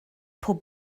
pob